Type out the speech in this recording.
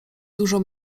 dużo